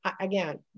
again